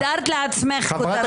סידרת לעצמך כותרות, כל הכבוד.